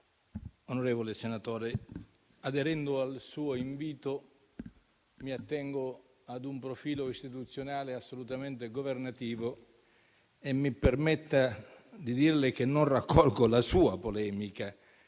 Onorevole senatore, aderendo al suo invito, mi attengo a un profilo istituzionale assolutamente governativo e mi permetta di dirle che non raccolgo la sua polemica,